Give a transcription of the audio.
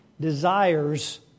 desires